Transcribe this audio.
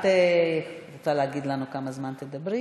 את רוצה להגיד לנו כמה זמן תדברי?